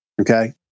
Okay